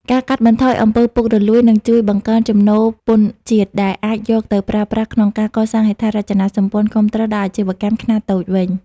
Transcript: ការកាត់បន្ថយ អំពើពុករលួយ នឹងជួយបង្កើនចំណូលពន្ធជាតិ ដែលអាចយកទៅប្រើប្រាស់ក្នុងការកសាងហេដ្ឋារចនាសម្ព័ន្ធគាំទ្រដល់អាជីវកម្មខ្នាតតូចវិញ។